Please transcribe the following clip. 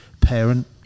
parent